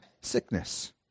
sickness